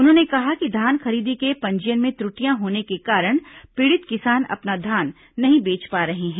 उन्होंने कहा कि धान खरीदी के पंजीयन में त्रटियां होने के कारण पीड़ित किसान अपना धान नहीं बेच पा रहे हैं